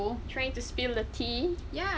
trying to spill the tea